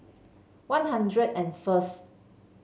One Hundred and first